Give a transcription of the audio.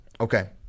Okay